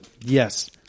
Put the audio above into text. yes